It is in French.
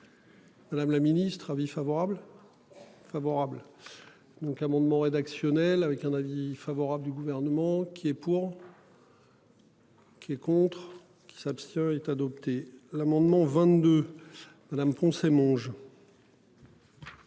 Madame la ministre, avis favorable. Favorable. Donc amendement rédactionnel avec un avis favorable du gouvernement qui est pour. Qui est contre qui s'abstient est adopté l'amendement 22. Madame Poncet Monge.